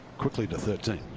quickly to thirteen.